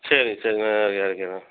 சரிங்க சரிங்க அங்கையே நான் இறக்கிடுறேன்